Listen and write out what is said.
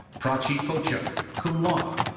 prachi kochar, cum laude.